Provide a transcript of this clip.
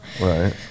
Right